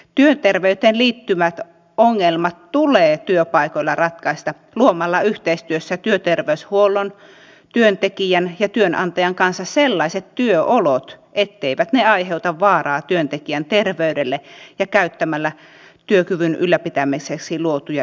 työterveyteen liittyvät ongelmat tulee työpaikoilla ratkaista luomalla yhteistyössä työterveyshuollon työntekijän ja työnantajan kanssa sellaiset työolot etteivät ne aiheuta vaaraa työntekijän terveydelle ja käyttämällä työkyvyn ylläpitämiseksi luotuja yhteistoimintamenettelyjä